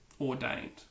ordained